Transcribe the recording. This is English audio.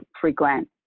frequent